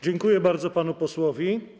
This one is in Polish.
Dziękuję bardzo panu posłowi.